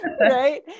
Right